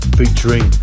featuring